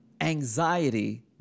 anxiety